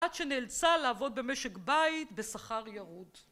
עד שנאלצה לעבוד במשק בית בשכר ירוד